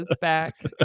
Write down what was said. back